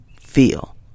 feel